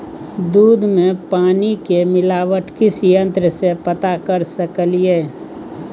दूध में पानी के मिलावट किस यंत्र से पता कर सकलिए?